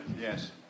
Yes